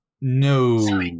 No